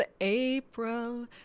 april